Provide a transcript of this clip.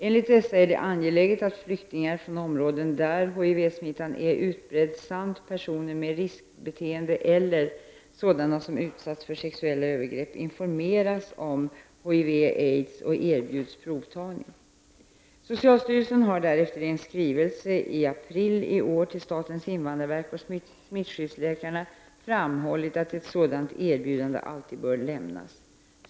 Enligt dessa är det angeläget att flyktingar från områden där HIV-smittan är utbredd samt personer med riskbeteende eller sådana som utsatts för sexuella övergrepp informeras om HIV/aids och erbjuds provtagning. Socialstyrelsen har därefter i en skrivelse i april i år till statens invandrarverk och smittskyddsläkarna framhållit att ett sådant erbjudande alltid bör lämnas.